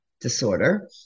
disorder